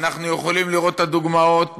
אנחנו יכולים לראות את הדוגמאות בכשרות,